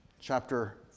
Chapter